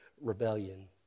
rebellion